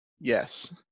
yes